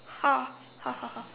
ha ha ha ha